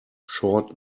short